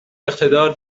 اقتدار